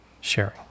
sharing